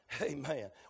Amen